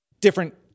different